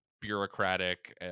bureaucratic